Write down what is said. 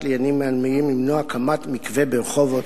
לעניינים מינהליים למנוע הקמת מקווה ברחובות,